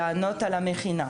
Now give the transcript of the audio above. לגבי המכינה,